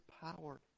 power